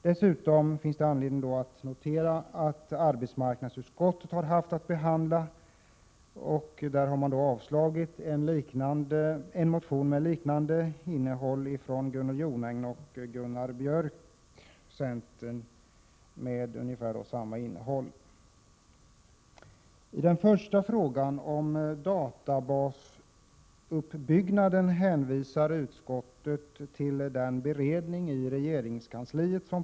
Det finns anledning att notera att arbetsmarknadsutskottet har avstyrkt en motion av Gunnel Jonäng och Gunnar Björk med ungefär samma innehåll. I frågan om databasuppbyggnaden hänvisar utskottet till den beredning som pågår i regeringskansliet.